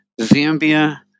Zambia